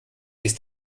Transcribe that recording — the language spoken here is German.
sich